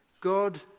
God